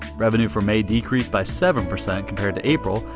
revenue for may decreased by seven percent compared to april,